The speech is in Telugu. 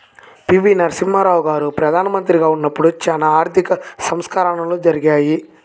పి.వి.నరసింహారావు గారు ప్రదానమంత్రిగా ఉన్నపుడు చానా ఆర్థిక సంస్కరణలు జరిగాయి